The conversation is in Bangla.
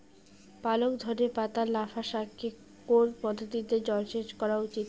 পালং ধনে পাতা লাফা শাকে কোন পদ্ধতিতে জল সেচ করা উচিৎ?